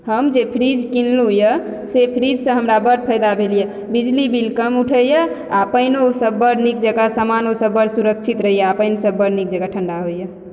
हम जे फ्रीज कीनलहुँ यऽ से फ्रीजसँ हमरा बड़ फायदा भेल यऽ बिजली बिल कम उठयए आ पानिओ ओहिसँ बर नीक जकां सामानोसभ बड़ सुरक्षित रहयए आ पानिसभ बर नीक जकाँ ठंडा होइए